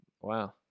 Wow